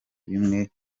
bimwe